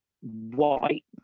white